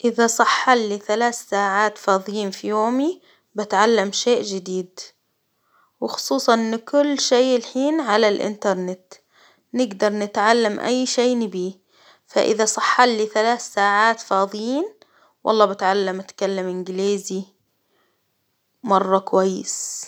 إذا صح لي ثلاث ساعات فاضيين في يومي، بتعلم شيء جديد، وخصوصا إن كل شيء الحين على الإنترنت، نقدر نتعلم أي شيء نبغيه، فإذا صح لي ثلاث ساعات فاضيين، والله بتعلم أتكلم إنجليزي مرة كويس.